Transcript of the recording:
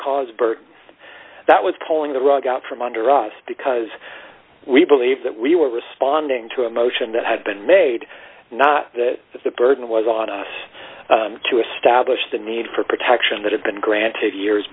cause bert that was pulling the rug out from under us because we believe that we were responding to a motion that had been made not that the burden was on us to establish the need for protection that had been granted years